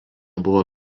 buvo